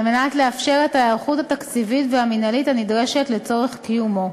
על מנת לאפשר את ההיערכות התקציבית והמינהלית הנדרשת לצורך קיומו,